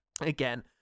Again